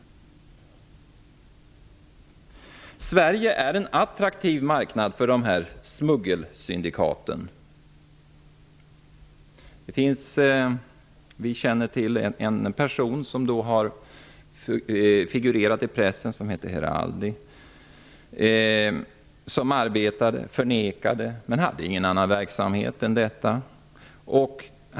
Sverige är en attraktiv marknad för de här smuggelsyndikaten. Vi känner till en person som har figurerat i pressen och som heter Heraldi, som förnekade det men som inte hade någon annan verksamhet än detta.